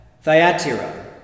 Thyatira